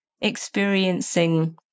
experiencing